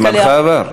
זמנך עבר.